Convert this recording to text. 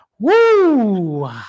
Woo